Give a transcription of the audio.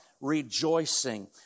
rejoicing